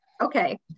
Okay